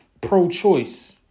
pro-choice